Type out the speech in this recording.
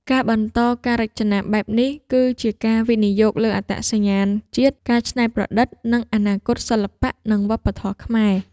ការបន្តការរចនាបែបនេះ គឺជាការវិនិយោគលើអត្តសញ្ញាណជាតិ ការច្នៃប្រឌិត និងអនាគតសិល្បៈ និងវប្បធម៌ខ្មែរ។